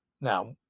Now